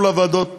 טוב לוועדות,